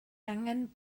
angen